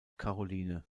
caroline